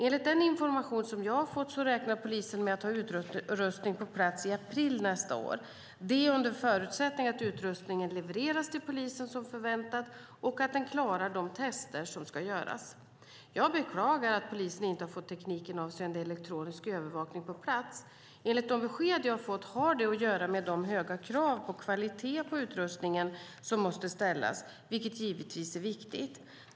Enligt den information som jag har fått räknar polisen med att ha utrustning på plats i april nästa år, detta under förutsättning att utrustningen levereras till polisen som förväntat och klarar de tester som ska göras. Jag beklagar att polisen inte har fått tekniken avseende elektronisk övervakning på plats. Enligt de besked jag har fått har det att göra med de höga krav på kvalitet på utrustningen som måste ställas, vilket givetvis är viktigt.